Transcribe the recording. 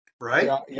right